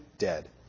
dead